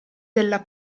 della